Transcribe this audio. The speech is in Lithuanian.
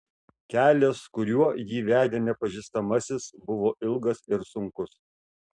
kelias kuriuo jį vedė nepažįstamasis buvo ilgas ir sunkus